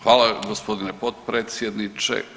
Hvala g. potpredsjedniče.